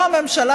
לא הממשלה,